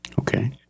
Okay